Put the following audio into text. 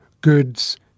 goods